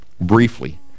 Briefly